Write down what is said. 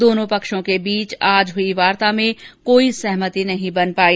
दोनों पक्षों के बीच आज हुई वार्ता में कोई सहमति नहीं बन पाई